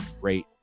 great